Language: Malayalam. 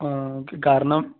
ആ ഓക്കെ കാരണം